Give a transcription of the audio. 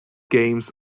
games